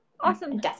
awesome